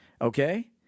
okay